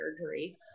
surgery